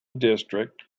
district